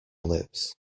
lips